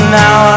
now